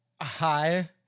Hi